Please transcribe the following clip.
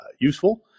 useful